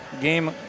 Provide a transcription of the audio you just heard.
game